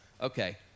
okay